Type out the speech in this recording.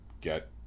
get